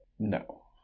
No